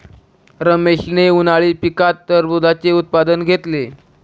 रमेशने उन्हाळी पिकात टरबूजाचे उत्पादन घेतले